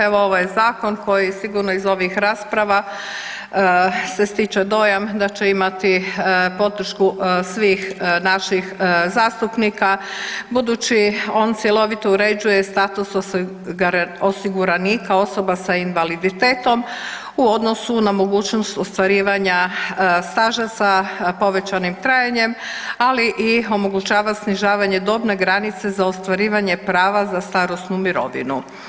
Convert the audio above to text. Evo ovo je zakon koji sigurno iz ovih rasprava se stiče dojam da će imati podršku svih naših zastupnika, budući on cjelovito uređuje status osiguranika osoba s invaliditetom u odnosu na mogućnost ostvarivanja staža sa povećanim trajanjem, ali i omogućava snižavanje dobne granice za ostvarivanje prava za starosnu mirovinu.